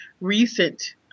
recent